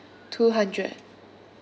two hundred